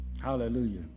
Hallelujah